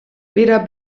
weder